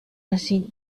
acides